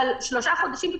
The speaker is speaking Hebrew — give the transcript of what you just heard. אבל שלושה חודשים?